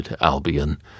Albion